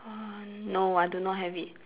uh no I do not have it